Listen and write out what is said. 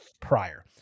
prior